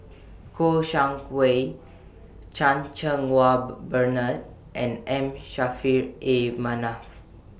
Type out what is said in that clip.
Kouo Shang Wei Chan Cheng Wah Bernard and M Saffri A Manaf